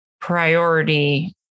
priority